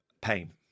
pain